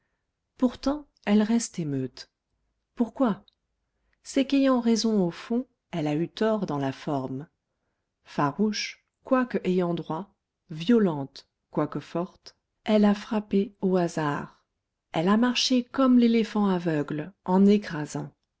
pourtant elle reste émeute pourquoi c'est qu'ayant raison au fond elle a eu tort dans la forme farouche quoique ayant droit violente quoique forte elle a frappé au hasard elle a marché comme l'éléphant aveugle en écrasant